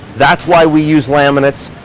that's why we use laminates.